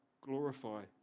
glorify